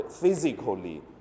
physically